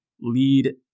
lead